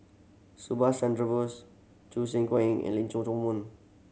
Subhas Chandra Bose Choo Seng Quee and Leong Chee Mun